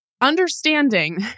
Understanding